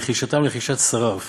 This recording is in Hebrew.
ולחישתן לחישת שרף